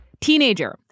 Teenager